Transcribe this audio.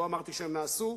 לא אמרתי שהם נעשו,